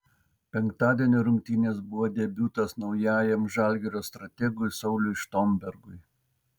penktadienio rungtynės buvo debiutas naujajam žalgirio strategui sauliui štombergui